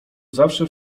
zawsze